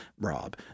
Rob